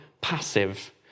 passive